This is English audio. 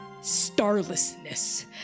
starlessness